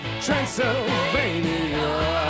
Transylvania